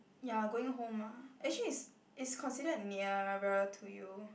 ya going home ah actually it's it's considered nearer to you